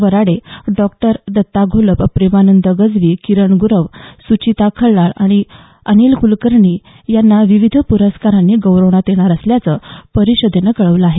Varade doctor Datta Gholap Premanand Gajvi Kiran Gurav Suchita Khallal आणि अनिल कुलकर्णी यांना विविध पुरस्कारांनी गौरवण्यात येणार असल्याचं परिषदेनं कळवलं आहे